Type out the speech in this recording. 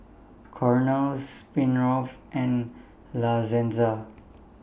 Cornell Smirnoff and La Senza